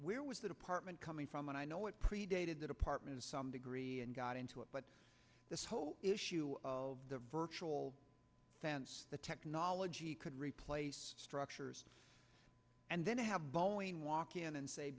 where was the department coming from and i know it predated the department to some degree and got into it but this whole issue of the virtual fence the technology could replace structures and then have boeing walk in and say